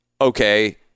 okay